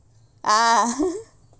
ah